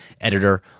editor